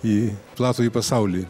į platųjį pasaulį